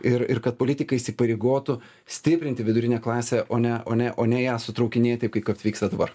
ir ir kad politikai įsipareigotų stiprinti vidurinę klasę o ne o ne o ne ją sutraukinėt taip kad vyksta dabar